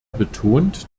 betont